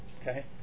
Okay